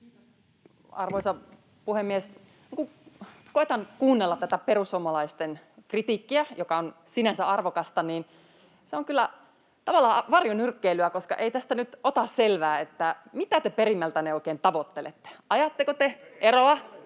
arvoisa puhemies! Kun koetan kuunnella tätä perussuomalaisten kritiikkiä, joka on sinänsä arvokasta, niin se on kyllä tavallaan varjonyrkkeilyä, koska ei tästä nyt ota selvää, mitä te perimmiltänne oikein tavoittelette. Ajatteko te eroa